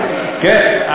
כן.